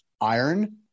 iron